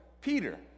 Peter